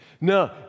No